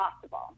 possible